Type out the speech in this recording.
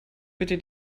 bitte